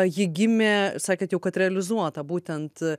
ji gimė sakėt jau kad realizuota būtent